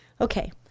Okay